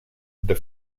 the